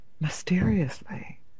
mysteriously